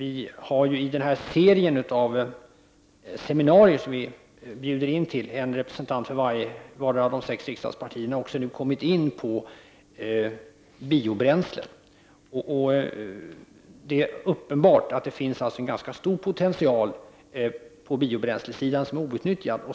I den serie av seminarier som vi har bjudit in en representant från vardera av de sex riksdagspartierna till, har vi nu kommit till biobränslen. Det är uppenbart att det finns en ganska stor potential på biobränslesidan som är outnyttjad.